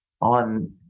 on